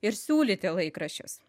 ir siūlyti laikraščius